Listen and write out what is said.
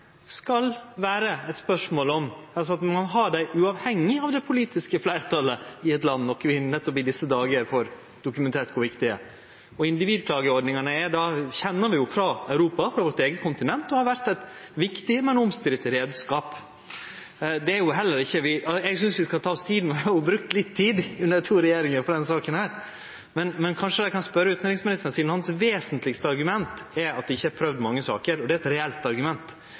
skal ha dei uavhengig av det politiske fleirtalet i eit land, noko vi nettopp i desse dagar får dokumentert kor viktig er. Individklageordningane kjenner vi frå Europa, vårt eige kontinent, og dei har vore ein viktig, men omstridt reiskap. Eg synest vi skal ta oss tid – det er vorte brukt litt tid, under to regjeringar – til denne saka. Men kanskje eg kan spørje utanriksministeren om følgjande, sidan hans mest vesentlege argument er at det ikkje har vorte prøvd mange saker, og det er eit reelt argument: